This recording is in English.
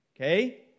okay